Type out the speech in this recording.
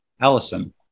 Allison